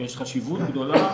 יש חשיבות גדולה,